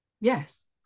Yes